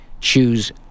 choose